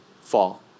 fall